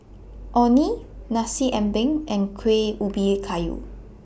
Orh Nee Nasi Ambeng and Kueh Ubi Kayu